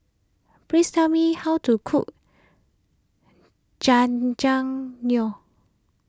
please tell me how to cook Jajangmyeon